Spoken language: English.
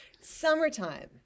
Summertime